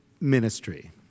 ministry